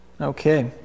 okay